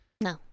No